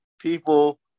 people